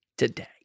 today